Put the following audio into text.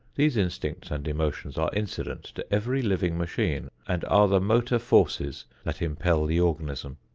these instincts and emotions are incident to every living machine and are the motor forces that impel the organism.